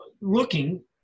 looking